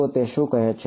તો તે શું કહે છે